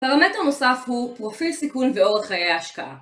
פרמטר נוסף הוא פרופיל סיכון ואורך חיי ההשקעה